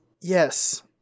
Yes